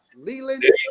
Leland